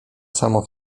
samo